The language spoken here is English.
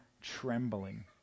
trembling